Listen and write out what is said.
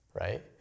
right